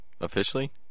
officially